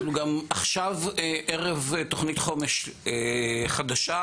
אנחנו גם עכשיו ערב תוכנית חומש חדשה,